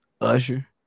Usher